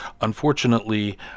Unfortunately